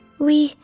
we,